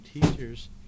teachers